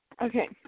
Okay